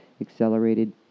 accelerated